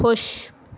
ਖੁਸ਼